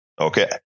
Okay